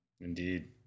Indeed